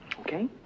Okay